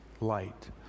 light